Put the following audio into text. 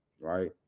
right